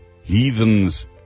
heathens